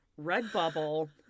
Redbubble